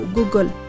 Google